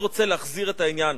אני רוצה להחזיר את העניין,